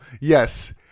Yes